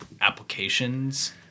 applications